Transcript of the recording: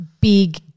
big